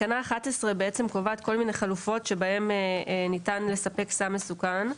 תקנה 11 קובעת כל מיני חלופות שבהן ניתן לספק סם מסוכן.